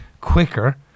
quicker